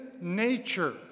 nature